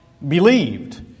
Believed